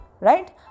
Right